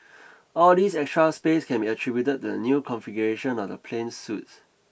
all this extra space can be attributed to the new configuration of the plane's suites